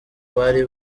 bari